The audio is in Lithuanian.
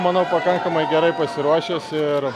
manau pakankamai gerai pasiruošęs ir